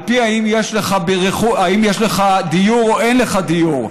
על פי האם יש לך דיור או אין לך דיור.